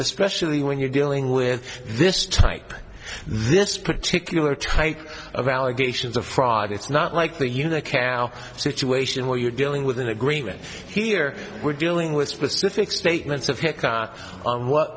especially when you're dealing with this type this particular type of allegations of fraud it's not like the unocal situation where you're dealing with an agreement here we're dealing with specific statements of hca on what